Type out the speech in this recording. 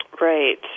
Right